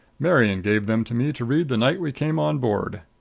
marian gave them to me to read the night we came on board.